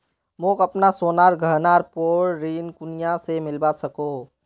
मोक अपना सोनार गहनार पोर ऋण कुनियाँ से मिलवा सको हो?